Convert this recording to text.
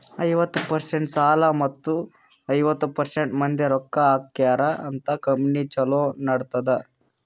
ಐವತ್ತ ಪರ್ಸೆಂಟ್ ಸಾಲ ಮತ್ತ ಐವತ್ತ ಪರ್ಸೆಂಟ್ ಮಂದಿ ರೊಕ್ಕಾ ಹಾಕ್ಯಾರ ಅಂತ್ ಕಂಪನಿ ಛಲೋ ನಡದ್ದುದ್